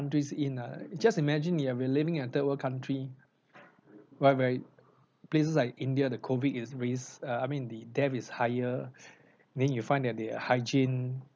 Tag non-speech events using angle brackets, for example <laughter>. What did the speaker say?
countries in a just imagine you have been living in a third world country like where places like india the COVID is risk uh I mean the death is higher <breath> then you find that their hygiene